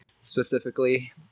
specifically